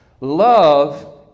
Love